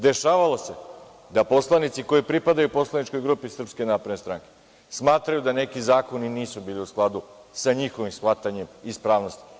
Dešavalo se da poslanici koji pripadaju poslaničkoj grupi SNS smatraju da neki zakoni nisu u skladu sa njihovim shvatanjem ispravnosti.